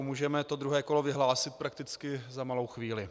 Můžeme druhé kolo vyhlásit prakticky za malou chvíli.